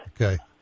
Okay